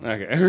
Okay